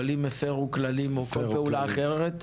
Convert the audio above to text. אבל אם הפרו כללים או כל פעולה אחרת,